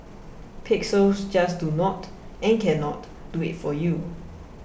pixels just do not and cannot do it for you